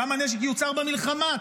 כמה נשק יוצר במלחמה,